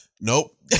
nope